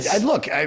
look